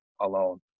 alone